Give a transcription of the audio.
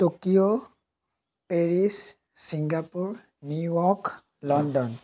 Tokyo Paris Singapore New York London